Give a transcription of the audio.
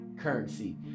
currency